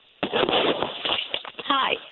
Hi